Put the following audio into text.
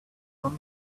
from